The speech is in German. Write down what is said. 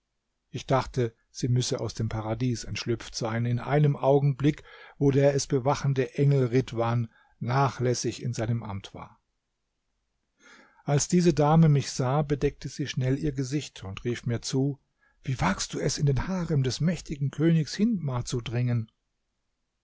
ich dachte sie müsse aus dem paradies entschlüpft sein in einem augenblick wo der es bewachende engel ridhwan nachlässig in seinem amt war als diese dame mich sah bedeckte sie schnell ihr gesicht und rief mir zu wie wagst du es in den harem des mächtigen königs hindmar zu dringen